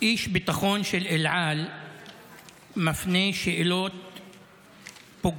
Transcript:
איש ביטחון של אל על הפנה שאלות פוגעניות,